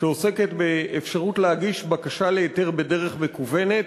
שעוסקת באפשרות להגיש בקשה להיתר בדרך מקוונת.